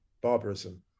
barbarism